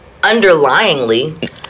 Underlyingly